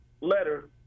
letter